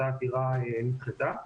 והעתירה נדחתה.